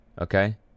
Okay